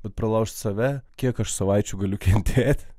bet pralaušt save kiek aš savaičių galiu kentėt